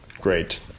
great